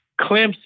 Clemson